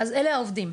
אז אלה העובדים,